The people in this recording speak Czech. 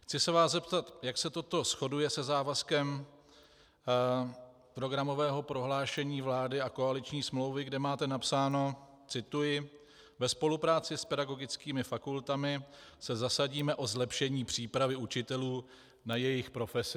Chci se vás zeptat, jak se toto shoduje se závazkem programového prohlášení vlády a koaliční smlouvy, kde máte napsáno cituji: Ve spolupráci s pedagogickými fakultami se zasadíme o zlepšení přípravy učitelů na jejich profesi.